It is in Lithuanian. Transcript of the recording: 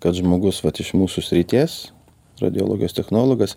kad žmogus vat iš mūsų srities radiologijos technologas